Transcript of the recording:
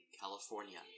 California